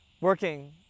working